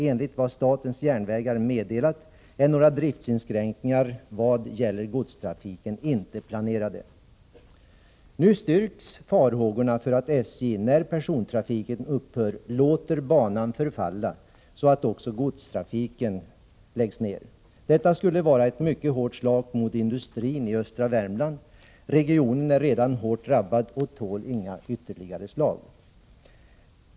Enligt vad statens järnvägar meddelat är några driftsinskränkningar vad gäller godstrafiken inte planerade.” Nu styrks farhågorna för att SJ, när persontrafiken upphör, låter banan förfalla så att också godstrafiken läggs ner. Detta skulle vara ett mycket hårt slag mot industrin i östra Värmland. Regionen är redan hårt drabbad och tål inga ytterligare slag.